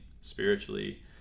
spiritually